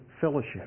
fellowship